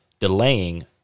delaying